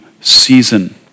season